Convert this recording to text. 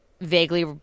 vaguely